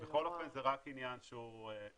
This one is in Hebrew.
יכול להיות שזה רק עניין תקציבי,